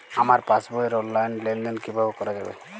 আমার পাসবই র অনলাইন লেনদেন কিভাবে করা যাবে?